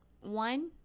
One